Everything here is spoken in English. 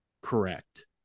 correct